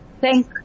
thank